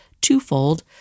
twofold